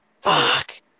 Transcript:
Fuck